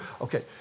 Okay